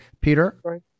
Peter